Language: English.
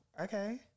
okay